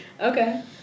Okay